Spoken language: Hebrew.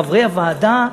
חברי הוועדה,